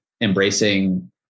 embracing